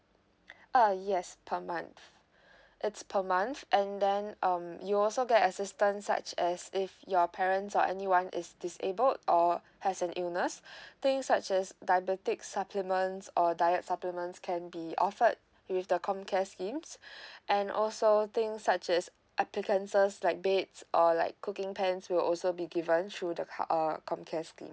uh yes per month it's per month then um you also get assistance such as if your parents or anyone is disabled or has an illness things such as diabetic supplements or diet supplements can be offered with the ComCare schemes and also things such as applicants like beds or like cooking pans will also be given through the ca~ uh ComCare scheme